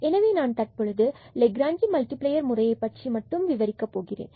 எனவே நான் தற்பொழுது லெக்ராஞ்சி மல்டிபிளேயர் முறையை பற்றி மட்டும் விவரிக்கப் போகிறேன்